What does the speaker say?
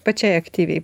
pačiai aktyviai